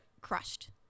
crushed